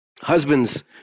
Husbands